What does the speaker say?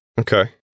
Okay